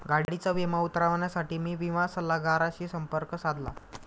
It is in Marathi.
गाडीचा विमा उतरवण्यासाठी मी विमा सल्लागाराशी संपर्क साधला